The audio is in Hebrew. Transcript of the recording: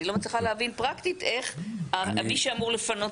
אני לא מצליחה להבין איך פרקטית מי שאמור לפנות